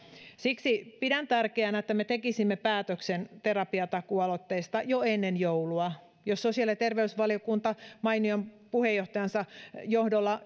siksi pidän tärkeänä että me tekisimme päätöksen terapiatakuu aloitteesta jo ennen joulua jos sosiaali ja terveysvaliokunta mainion puheenjohtajansa johdolla